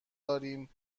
داریم